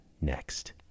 next